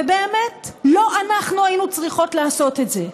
ובאמת, לא אנחנו היינו צריכות לעשות את זה,